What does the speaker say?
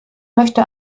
möchte